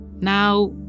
Now